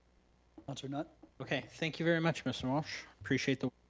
councilor knutt? okay, thank you very much mr. walsh. appreciate the